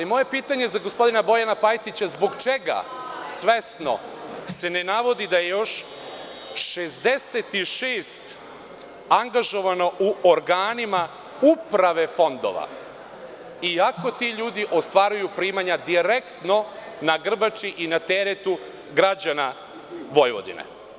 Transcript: Moje pitanje za gospodina Bojana Pajtića je zbog čega svesno se ne navodi da je još 66 angažovano u organima uprave fondova, iako ti ljudi ostvaruju primanja direktno na grbači i na teretu građana Vojvodine?